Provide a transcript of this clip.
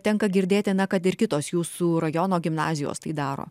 tenka girdėti na kad ir kitos jūsų rajono gimnazijos tai daro